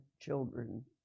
children